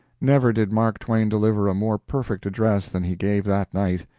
never did mark twain deliver a more perfect address than he gave that night.